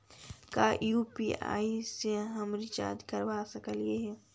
का यु.पी.आई से हम रिचार्ज करवा सकली हे?